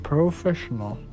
Professional